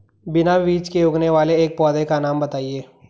बिना बीज के उगने वाले एक पौधे का नाम बताइए